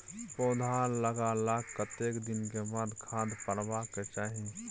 पौधा लागलाक कतेक दिन के बाद खाद परबाक चाही?